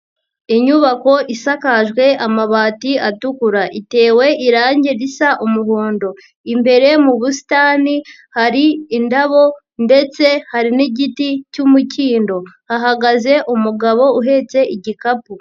Inyubako isakajwe amabati atukura, itewe irangi risa umuhondo, imbere mu busitani hari indabo ndetse hari n'igiti cy'umukindo, hahagaze umugabo uhetse igikapu.